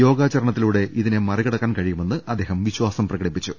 യോഗാചര ണത്തിലൂടെ ഇതിനെ മറികടക്കാൻ കഴിയുമെന്ന് അദ്ദേഹം വിശ്വാസം പ്രകടിപ്പിച്ചു